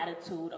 attitude